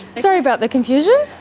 sorry about the confusion.